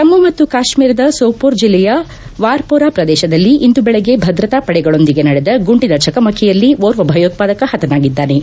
ಜಮ್ನು ಮತ್ತು ಕಾತ್ನೀರದ ಸೋಪೋರ್ ಜಿಲ್ಲೆಯ ವಾರ್ಪೊರಾ ಪ್ರದೇಶದಲ್ಲಿ ಇಂದು ಬೆಳಗ್ಗೆ ಭದ್ರತಾ ಪಡೆಗಳೊಂದಿಗೆ ನಡೆದ ಗುಂಡಿನ ಚಕಮಕಿಯಲ್ಲಿ ಓರ್ವ ಭಯೋತ್ವಾದಕ ಪತನಾಗಿದ್ದಾನೆ